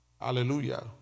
Hallelujah